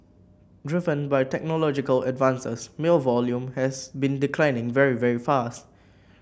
driven by technological advances mail volume has been declining very very fast